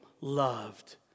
loved